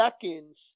seconds